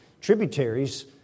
tributaries